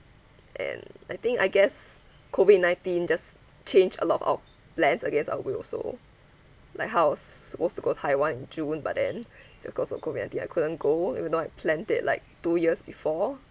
and I think I guess COVID nineteen just change a lot of our plans against our will also like how I was supposed to go taiwan in june but then because of COVID nineteen I couldn't go even though I planned it like two years before